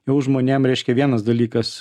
jau žmonėm reiškia vienas dalykas